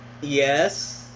yes